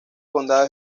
condado